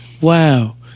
Wow